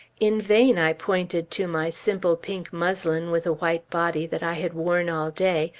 in vain i pointed to my simple pink muslin with a white body that i had worn all day,